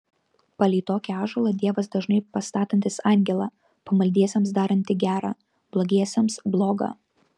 palei tokį ąžuolą dievas dažnai pastatantis angelą pamaldiesiems darantį gera blogiesiems bloga